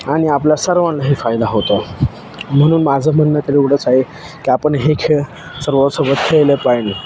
आणि आपला सर्वांनाही फायदा होतो म्हणून माझं म्हणणं तरी एवढंच आहे की आपण हे खेळ सर्वांसोबत खेळले पाहिजे